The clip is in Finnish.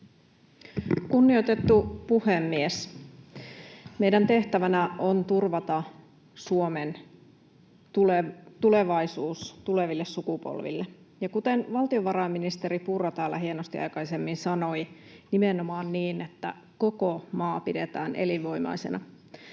Kunnioitettu puhemies! Meidän tehtävänämme on turvata Suomen tulevaisuus tuleville sukupolville, ja kuten valtiovarainministeri Purra täällä hienosti aikaisemmin sanoi, nimenomaan niin, että koko maa pidetään elinvoimaisena.